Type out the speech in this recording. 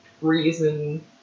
reason